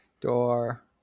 door